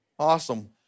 Awesome